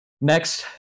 Next